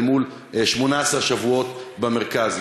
אל מול 18 שבועות במרכז.